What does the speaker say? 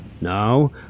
Now